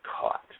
caught